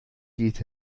geht